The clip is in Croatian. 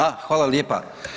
A hvala lijepa.